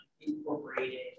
incorporated